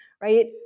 right